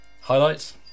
Highlights